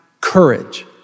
Courage